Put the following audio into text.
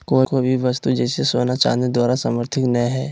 कोय भी वस्तु जैसे सोना चांदी द्वारा समर्थित नय हइ